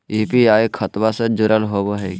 UPI खतबा से जुरल होवे हय?